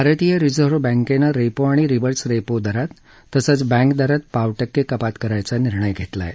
भारतीय रिजर्व बँकेनं रेपो आणि रिवर्स रेपो दरात तसंच बँक दरात पाव टक्के कपात करायचा निर्णय घेतला आहे